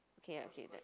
okay lah okay then